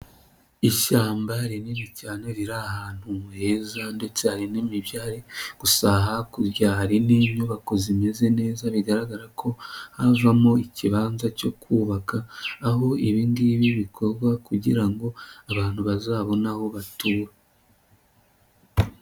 Ishyamba rinini cyane riri ahantu heza ndetse hari n'imi byariri gusa hakurya hari n'inyubako zimeze neza rigaragara ko havamo ikibanza cyo kubaka aho ibindibi bikorwa kugira ngo abantu bazabone aho batuwe.